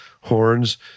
horns